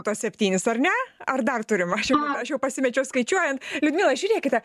tuos septynis ar ne ar dar turim aš jau aš jau pasimečiau skaičiuojant liudmila žiūrėkite